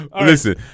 Listen